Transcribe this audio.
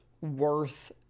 worth